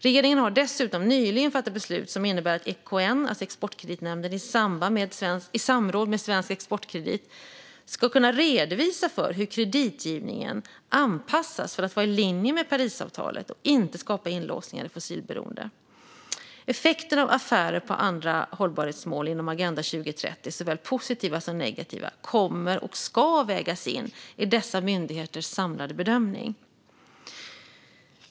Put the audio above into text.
Regeringen har dessutom nyligen fattat beslut som innebär att Exportkreditnämnden, EKN, i samråd med Svensk Exportkredit, SEK, ska redovisa hur kreditgivningen kan anpassas för att vara i linje i med Parisavtalet och inte skapa inlåsningar i fossilberoende. Effekten av affärer på andra hållbarhetsmål inom Agenda 2030, såväl positiva som negativa, kommer att och ska vägas in i den samlade bedömningen.